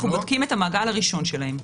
אנחנו בודקים את המעגל הראשון שלהם.